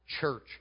church